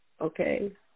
Okay